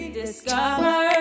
discover